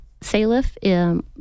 SALIF